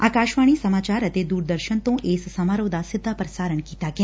ਆਕਾਸ਼ਵਾਣੀ ਸਮਾਚਾਰੇ ਅਤੇ ਦੂਰਦਰਸ਼ਨ ਤੋਂ ਇਸ ਸਮਾਰੋਹ ਦਾ ਸਿੱਧਾ ਪ੍ਸਾਰਣ ਕੀਤਾ ਗਿਆ